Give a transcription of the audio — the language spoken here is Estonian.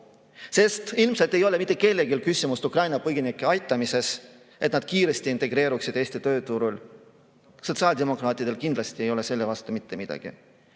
sest ilmselt ei ole mitte kellelgi küsimust Ukraina põgenike aitamises, et nad kiiresti integreeruksid Eesti tööturul. Sotsiaaldemokraatidel kindlasti ei ole selle vastu mitte midagi.